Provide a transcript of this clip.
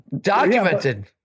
Documented